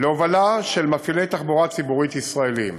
להובלה של מפעילי תחבורה ציבורית ישראליים.